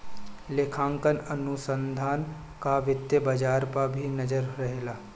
लेखांकन अनुसंधान कअ वित्तीय बाजार पअ भी नजर रहेला